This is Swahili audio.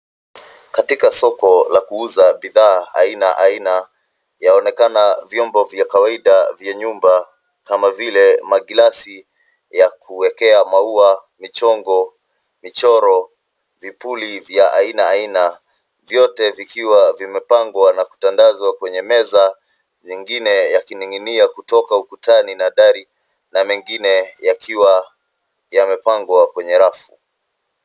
Katika soko la kuuza bidhaa aina aina yaonekana vyombo vya kawaida vya nyumba kama vile maglasi ya kuwekea maua, michongo, michoro, vipuli vya aina aina, vyote vikiwa vimepangwa na kutandazwa kwenye meza, nyingine ya kining'inia kutoka ukutani na dari na mengine yakiwa yamepangwa kwenye rafu.